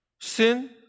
Sin